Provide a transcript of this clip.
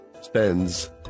spends